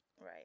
Right